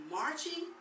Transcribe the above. marching